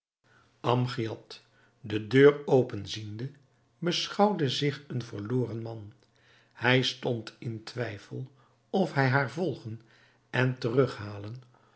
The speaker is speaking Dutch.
amgiad de deur open ziende beschouwde zich een verloren man hij stond in twijfel of hij haar volgen en terughalen